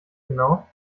genau